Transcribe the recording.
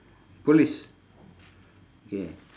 police K